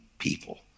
people